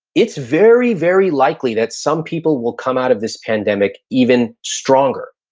it's very, very likely that some people will come out of this pandemic even stronger.